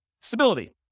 Stability